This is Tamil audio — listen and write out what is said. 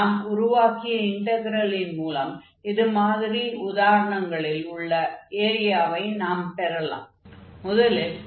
நாம் உருவாக்கிய இன்டக்ரெலின் மூலம் இது மாதிரி உதாரணங்களில் உள்ள ஏரியாவை நாம் பெறலாம்